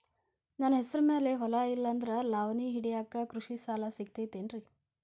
ನನ್ನ ಹೆಸರು ಮ್ಯಾಲೆ ಹೊಲಾ ಇಲ್ಲ ಆದ್ರ ಲಾವಣಿ ಹಿಡಿಯಾಕ್ ಕೃಷಿ ಸಾಲಾ ಸಿಗತೈತಿ ಏನ್ರಿ?